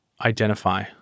identify